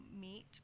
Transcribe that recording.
meet